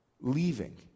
leaving